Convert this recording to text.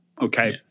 Okay